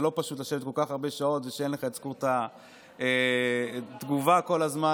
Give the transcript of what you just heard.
זה לא פשוט לשבת כל כך הרבה שעות כשאין לך את זכות התגובה כל הזמן.